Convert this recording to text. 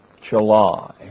July